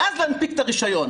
ואז להנפיק את הרישיון.